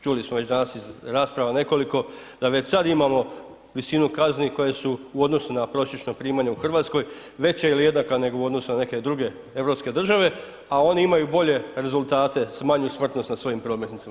Čuli smo već danas iz rasprava nekoliko da već sad imamo visinu kazni koje su u odnosu na prosječno primanje u Hrvatskoj, veća ili jednaka nego u odnosu na neke druge europske države, a oni imaju bolje rezultate smanjenu smrtnost na svojim prometnicama.